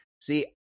See